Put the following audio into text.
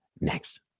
next